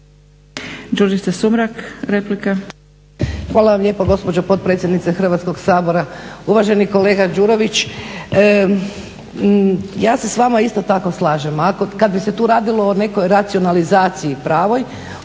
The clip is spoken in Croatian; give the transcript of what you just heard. Hvala vam lijepo gospođo potpredsjednice Hrvatskog sabora. Uvaženi kolega Đurović, ja se s vama isto tako slažem, kad bi se tu radilo o nekoj racionalizaciji pravoj